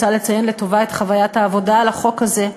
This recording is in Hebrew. רוצה לציין לטובה את חוויית העבודה על החוק הזה.